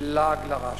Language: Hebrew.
לעג לרש.